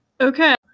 Okay